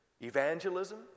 Evangelism